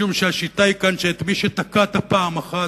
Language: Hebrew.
משום שהשיטה כאן היא שמי שתקעת פעם אחת,